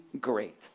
great